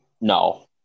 No